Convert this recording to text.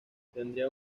tendría